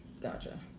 Gotcha